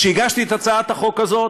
כשהגשתי את הצעת החוק הזאת,